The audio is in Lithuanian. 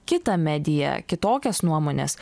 kitą mediją kitokias nuomones